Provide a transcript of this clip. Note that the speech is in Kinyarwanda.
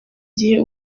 gihe